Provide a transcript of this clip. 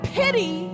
pity